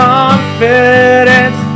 confidence